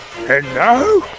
Hello